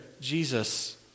Jesus